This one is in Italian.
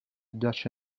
giace